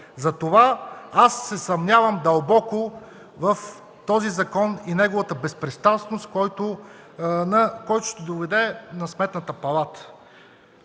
Затова аз се съмнявам дълбоко в този закон и неговата безпристрастност, който ще дадете на Сметната палата.